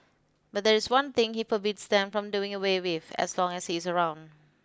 but there is one thing he forbids them from doing away with as long as he is around